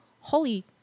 holy